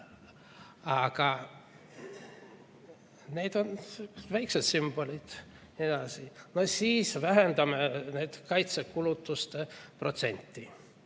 Aga need on väiksed sümbolid. Edasi, no vähendame kaitsekulutuste protsenti!